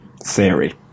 theory